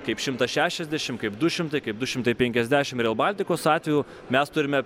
kaip šimtas šešiasdešim kaip du šimtai kaip du šimtai penkiasdešim reilbaltikos atveju mes turime